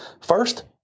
First